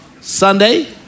Sunday